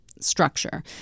structure